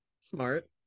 smart